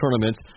tournaments